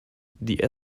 die